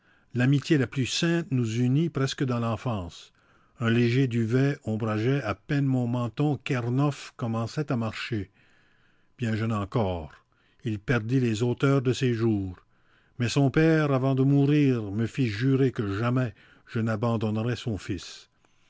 l'amitié la plus sainte nous unit presque dans l'enfance un léger duvet ombrageait à peine mon menton qu'ernof commençait à marcher bien jeune encore il perdit les auteurs de ses jours mais son père avant de mourir me fit jurer que jamais je n'abandonnerais son fils